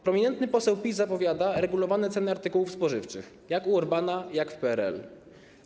Prominentny poseł PiS zapowiada regulowane ceny artykułów spożywczych, jak u Orbana, jak w PRL-u.